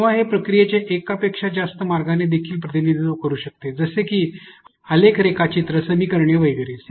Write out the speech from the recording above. किंवा हे प्रक्रियेचे एक पेक्षा जास्त मार्गाने देखील प्रतिनिधित्व करू शकते जसे की आलेख रेखाचित्र समीकरणे वगैरे